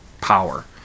power